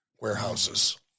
warehouses